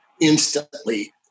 instantly